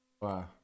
Wow